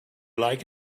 like